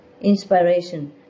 inspiration